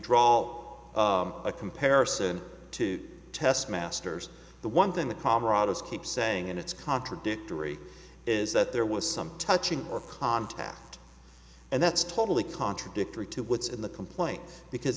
draw a comparison to test masters the one thing the camarade is keep saying and it's contradictory is that there was some touching or contact and that's totally contradictory to what's in the complaint because